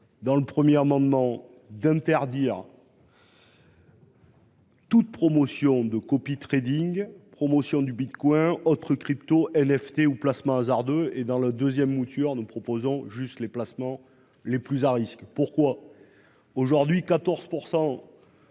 Dans le 1er amendement d'interdire. Toute promotion de copies Trading promotion du bitcoin autres crypto-LFT ou placements hasardeux et dans le 2ème mouture ne proposant juste les placements les plus à risques, pourquoi. Aujourd'hui 14%.